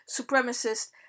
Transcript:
supremacist